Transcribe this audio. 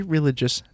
Religious